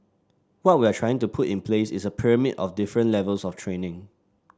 what we're trying to put in place is a pyramid of different levels of training